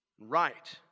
Right